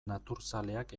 naturzaleak